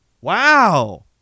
Wow